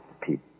people